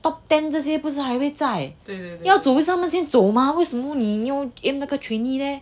top ten 这些不是还会在要走不是他们先走吗为什么你要 aim 那个 trainee leh